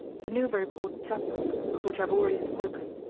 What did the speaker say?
the newburyport chap-book, of which i have already spoken,